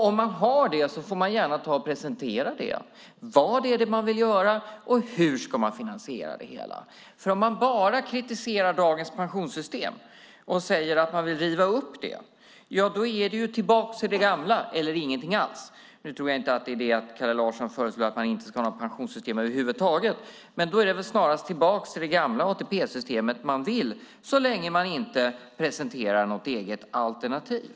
Om man har det får man gärna presentera det. Vad är det man vill göra, och hur ska man finansiera det hela? Om man bara kritiserar dagens pensionssystem och säger att man vill riva upp det är ju alternativen att antingen gå tillbaka till det gamla eller ingenting alls. Nu tror jag förstås inte att Kalle Larsson menar att man inte ska ha något pensionssystem över huvud taget. Då är det väl snarast tillbaka till det gamla ATP-systemet man vill, så länge man inte presenterar något eget alternativ.